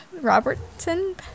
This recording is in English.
Robertson